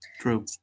true